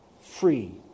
Free